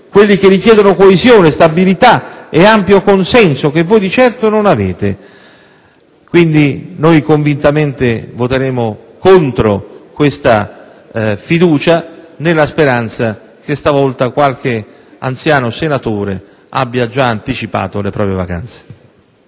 quelli che richiedono coesione, stabilità e ampio consenso, che voi di certo non avete. Quindi, noi convintamente voteremo contro questa fiducia, nella speranza che stavolta qualche anziano senatore abbia già anticipato le proprie vacanze.